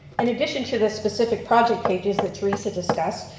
in addition to the specific project pages that theresa discussed,